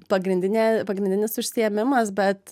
pagrindinė pagrindinis užsiėmimas bet